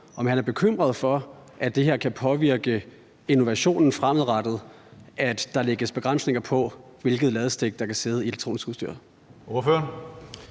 om han er bekymret for, at det kan påvirke innovationen fremadrettet, at der lægges begrænsninger på, hvilket ladestik der kan sidde i elektronisk udstyr.